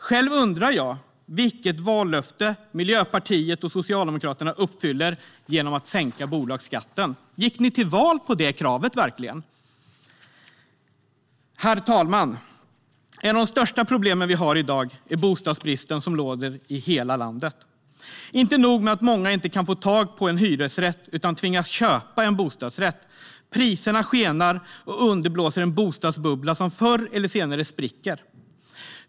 Själv undrar jag vilket vallöfte Miljöpartiet och Socialdemokraterna uppfyller genom att sänka bolagsskatten. Gick ni verkligen till val på det kravet? Herr talman! Ett av de största problem vi har i dag är den bostadsbrist som råder i hela landet. Inte nog med att många inte kan få tag på en hyresrätt utan tvingas köpa en bostadsrätt - priserna skenar och underblåser en bostadsbubbla som förr eller senare spricker.